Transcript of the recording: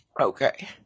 Okay